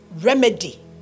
remedy